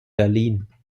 berlin